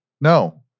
no